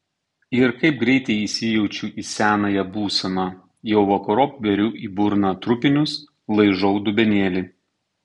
ir kaip greitai įsijaučiu į senąją būseną jau vakarop beriu į burną trupinius laižau dubenėlį